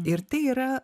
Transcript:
ir tai yra